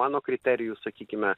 mano kriterijus sakykime